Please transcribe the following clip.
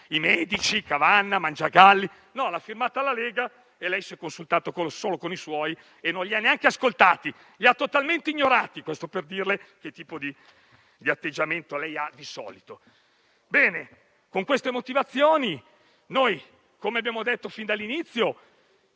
i medici, Cavanna, Mangiagalli. E invece l'ha firmata la Lega e lei si è consultato solo con i suoi e non li ha neanche ascoltati, li ha totalmente ignorati. Questo per dirle che tipo di atteggiamento ha di solito. Ebbene, con queste motivazioni, noi, come le abbiamo detto fin dall'inizio,